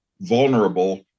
vulnerable